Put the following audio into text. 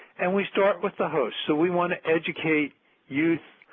and we start with the host, so we want to educate youth,